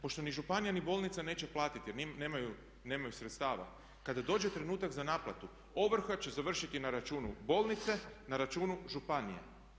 Pošto ni županija ni bolnica neće platiti jer nemaju sredstava kada dođe trenutak za naplatu ovrha će završiti na računu bolnice, na računu županije.